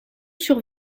sur